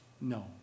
No